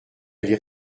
lire